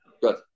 Good